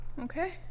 Okay